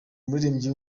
umuririmbyi